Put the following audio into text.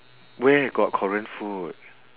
where got korean food